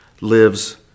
lives